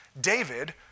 David